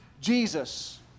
Jesus